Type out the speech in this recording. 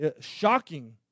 shocking